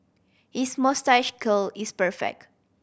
his moustache curl is perfect